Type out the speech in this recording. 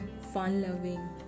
fun-loving